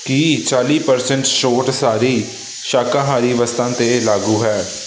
ਕੀ ਚਾਲੀ ਪ੍ਰਸੈਂਟ ਛੋਟ ਸਾਰੀ ਸ਼ਾਕਾਹਾਰੀ ਵਸਤਾਂ 'ਤੇ ਲਾਗੂ ਹੈ